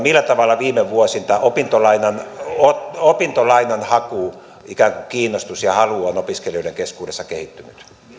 millä tavalla viime vuosilta opintolainan opintolainan haku ikään kuin kiinnostus ja halu on opiskelijoiden keskuudessa kehittynyt